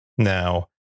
Now